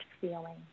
feeling